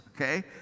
okay